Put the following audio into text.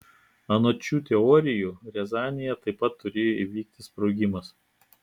anot šių teorijų riazanėje taip pat turėjo įvykti sprogimas